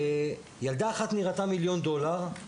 ילדה אחת נראתה מיליון דולר,